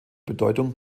bedeutung